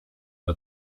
der